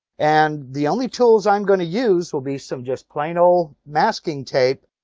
and the only tools i'm going to use will be some just plain old masking tape.